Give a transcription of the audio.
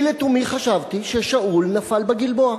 אני לתומי חשבתי ששאול נפל בגלבוע.